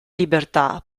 libertà